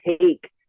take